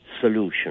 solution